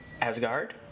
Asgard